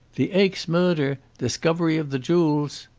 the aix murder! discovery of the jewels!